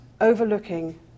overlooking